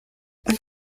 und